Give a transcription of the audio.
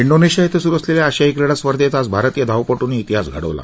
Indonesia इथं सुरू असलेल्या आशियाई क्रीडा स्पर्धेत आज भारतीय धावपट्रनी इतिहास घडवला